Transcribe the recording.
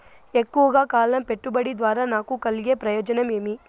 ఎక్కువగా కాలం పెట్టుబడి ద్వారా నాకు కలిగే ప్రయోజనం ఏమి?